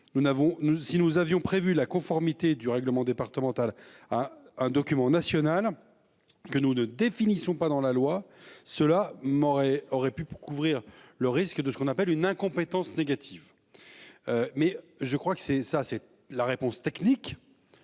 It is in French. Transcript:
si nous avions prévu la conformité du règlement départemental. Un document national. Que nous ne définissons pas dans la loi. Cela m'aurait aurait pu pour couvrir le risque de ce qu'on appelle une incompétence négative. Mais je crois que c'est ça, c'est la réponse technique.